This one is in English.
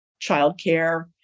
childcare